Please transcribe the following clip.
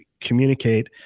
communicate